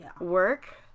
work